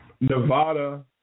Nevada